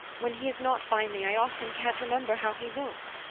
when he is not by me i often can't remember how he looks.